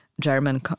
German